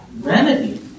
remedy